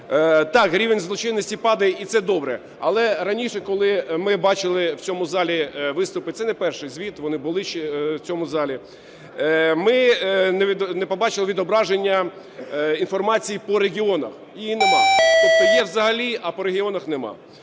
Так, рівень злочинності падає і це добре. Але раніше, коли ми бачили в цьому залі виступи, це не перший звіт, вони були ще в цьому залі. Ми не побачили відображення інформації по регіонах, її немає. Тобто є взагалі, а по регіонах – немає.